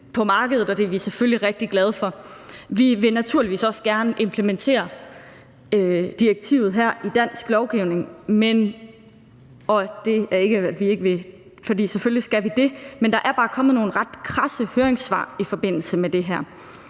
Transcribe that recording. på markedet, og det er vi selvfølgelig rigtig glade for. Vi vil naturligvis også gerne implementere direktivet her i dansk lovgivning, men – og det er ikke, fordi vi ikke vil, for selvfølgelig skal vi det – der er bare kommet nogle ret krasse høringssvar i forbindelse med det her.